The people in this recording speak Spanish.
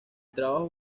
trabajo